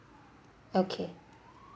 okay